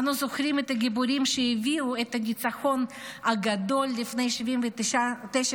אנו זוכרים את הגיבורים שהביאו את הניצחון הגדול לפני 79 שנים,